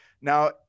Now